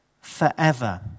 forever